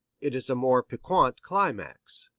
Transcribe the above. it is a more piquant climax,